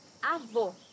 Avô